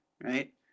right